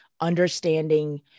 understanding